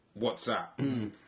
WhatsApp